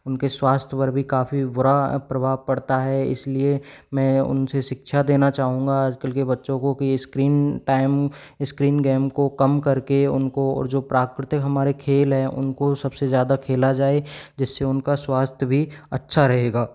उनके स्वास्थ्य पर भी काफ़ी बुरा प्रभाव पड़ता है इसलिए मैं उनसे शिक्षा देना चाहूँगा आजकल के बच्चों को कि स्क्रीन टाइम स्क्रीन गेम को कम करके उनको जो प्राकृतिक हमारे खेल है उनको सबसे ज़्यादा खेला जाए जिससे उनका स्वास्थ्य भी अच्छा रहेगा